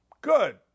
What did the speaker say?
Good